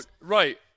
right